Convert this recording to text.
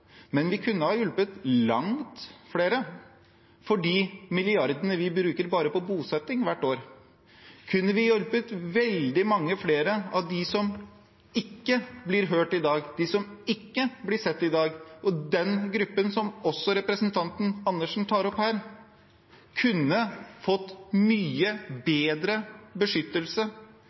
Men vi kunne ha hjulpet langt flere. For de milliardene vi bruker bare på bosetting hvert år, kunne vi hjulpet veldig mange flere av dem som ikke blir hørt i dag, de som ikke blir sett i dag, og den gruppen som også representanten Karin Andersen tar opp her, kunne fått mye bedre beskyttelse